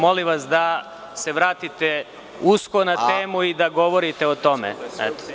Molim vas da se vratite usko na temu i da govorite o tome.